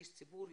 איש ציבור,